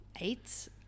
Eight